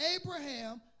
Abraham